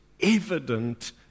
evident